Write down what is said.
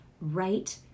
right